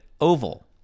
oval